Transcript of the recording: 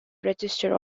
register